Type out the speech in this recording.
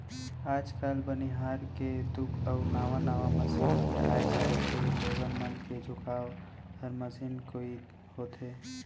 आज काल बनिहार के दुख अउ नावा नावा मसीन के आ जाए के लोगन मन के झुकाव हर मसीने कोइत होथे